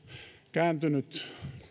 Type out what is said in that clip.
kääntynyt